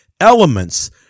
elements